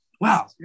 wow